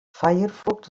firefox